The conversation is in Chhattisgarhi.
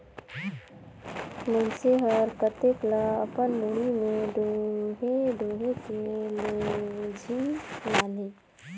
मइनसे हर कतेक ल अपन मुड़ी में डोएह डोएह के लेजही लानही